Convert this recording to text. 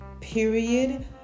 period